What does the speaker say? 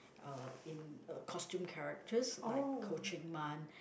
uh in uh costume characters like Koh Chieng Mun